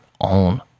own